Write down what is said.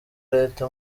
leta